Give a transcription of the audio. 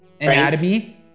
anatomy